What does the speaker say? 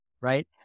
Right